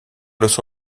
los